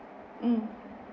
mm